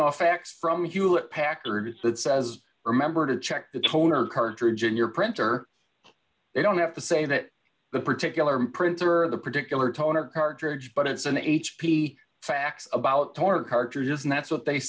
fax from hewlett packard's that says remember to check the toner cartridge in your printer they don't have to say that the particular printer or the particular toner cartridge but it's an h p facts about tor cartridges and that's what they